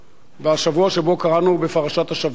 זה קרה בשבוע שבו קראנו בפרשת השבוע את